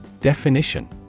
Definition